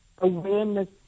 awareness